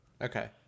Okay